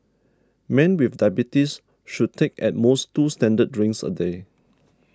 men with diabetes should take at most two standard drinks a day